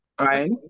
right